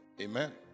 amen